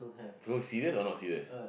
so serious or not serious